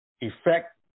effect